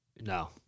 No